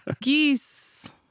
Geese